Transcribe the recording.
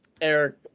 Eric